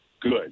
good